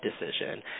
decision